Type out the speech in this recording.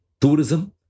tourism